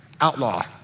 outlaw